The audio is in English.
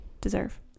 deserve